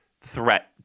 threat